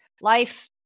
life